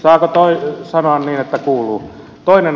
saako sanoa niin että kuuluu